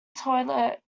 toilet